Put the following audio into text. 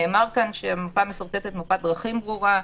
נאמר כאן שהמפה משרטטת מפת דרכים ברורה.